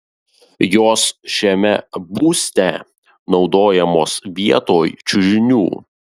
jos šiame būste naudojamos vietoj čiužinių